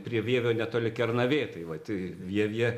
prie vievio netoli kernavė tai va tai vievyje